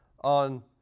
on